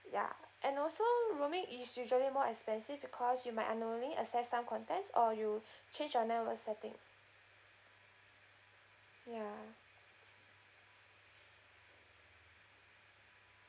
ya and also roaming is usually more expensive because you might unknowingly access some contents or you change your network setting ya